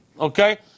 Okay